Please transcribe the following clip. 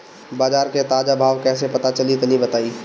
बाजार के ताजा भाव कैसे पता चली तनी बताई?